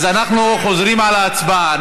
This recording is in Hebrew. אז אנחנו חוזרים על ההצבעה.